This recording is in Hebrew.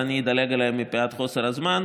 אבל אני אדלג עליהן מפאת חוסר הזמן.